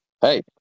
Hey